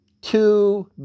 Two